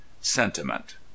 sentiment